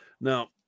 Now